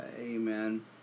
Amen